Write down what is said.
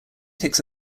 takes